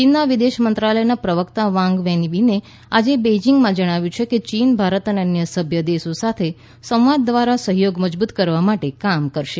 ચીનના વિદેશ મંત્રાલયના પ્રવક્તા વાંગ વેનબિને આજે બેઇજિંગમાં જણાવ્યું કે ચીન ભારત અને અન્ય સભ્ય દેશો સાથે સંવાદ દ્વારા સહયોગ મજબૂત કરવા માટે કામ કરશે